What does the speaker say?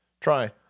Try